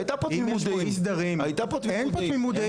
אין פה תמימות דעים.